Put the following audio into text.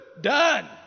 done